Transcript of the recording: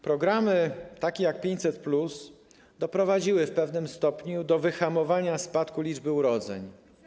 Programy takie jak 500+ doprowadziły w pewnym stopniu do wyhamowania spadku liczby urodzeń.